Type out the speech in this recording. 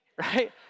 right